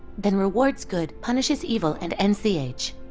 then rewards good, punishes evil, and ends the age.